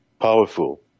powerful